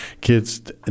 kids